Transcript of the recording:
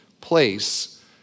place